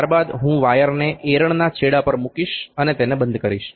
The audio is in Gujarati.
ત્યારબાદ હું વાયરને એરણના છેડા પર મૂકીશ અને તેને બંધ કરીશ